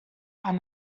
are